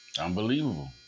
Unbelievable